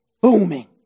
booming